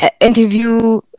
interview